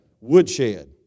woodshed